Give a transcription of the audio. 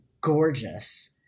gorgeous